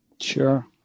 Sure